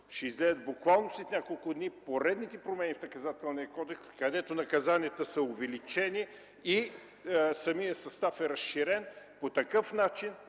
защото буквално след няколко дни ще излязат поредните промени в Наказателния кодекс, където наказанията са увеличени и самият състав е разширен. По такъв начин